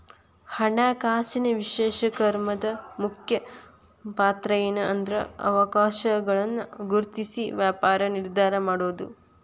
ಹಣಕಾಸಿನ ವಿಶ್ಲೇಷಕರ್ದು ಮುಖ್ಯ ಪಾತ್ರಏನ್ಂದ್ರ ಅವಕಾಶಗಳನ್ನ ಗುರ್ತ್ಸಿ ವ್ಯಾಪಾರ ನಿರ್ಧಾರಾ ಮಾಡೊದು